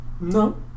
No